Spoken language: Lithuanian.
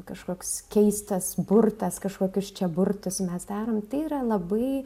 kažkoks keistas burtas kažkokius čia burtus mes darom tai yra labai